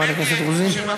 חברת הכנסת רוזין.